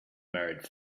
married